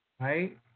Right